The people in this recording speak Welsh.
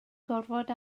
gorfod